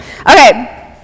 Okay